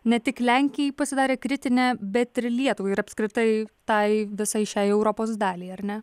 ne tik lenkijai pasidarė kritinė bet ir lietuvai ir apskritai tai visai šiai europos daliai ar ne